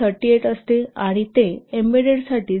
38 असते आणि ते एम्बेडेडसाठी 0